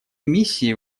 миссии